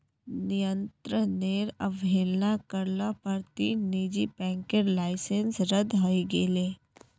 नियंत्रनेर अवहेलना कर ल पर तीन निजी बैंकेर लाइसेंस रद्द हई गेले